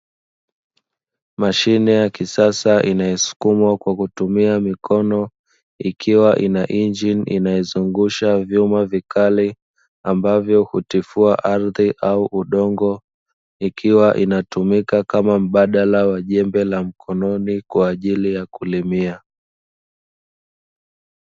Mashine ya kisasa inayosukumwa kwa kutumia mikono, ikiwa ina injini inayozungusha vyuma vikali, ambavyo hutifua ardhi au udongo, ikiwa inatumika kama mbadala wa jembe la mkononi kwa ajili ya kulimia.